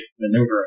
maneuvering